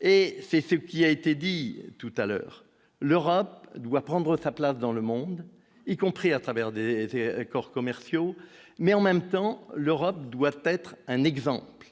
Et c'est ce qui a été dit tout à l'heure, l'Europe doit prendre sa place dans le monde, y compris à travers des corps commerciaux mais en même temps l'Europe doivent être un exemple